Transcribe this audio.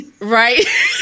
right